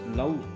love